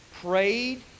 prayed